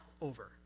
over